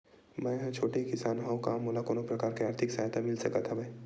मै ह छोटे किसान हंव का मोला कोनो प्रकार के आर्थिक सहायता मिल सकत हवय?